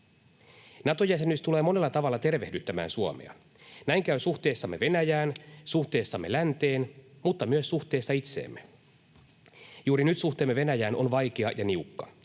Nato-jäsenyys tulee monella tavalla tervehdyttämään Suomea. Näin käy suhteessamme Venäjään, suhteessamme länteen, mutta myös suhteessa itseemme. Juuri nyt suhteemme Venäjään on vaikea ja niukka.